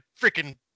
freaking